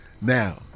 Now